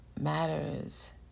matters